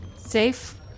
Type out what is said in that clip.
safe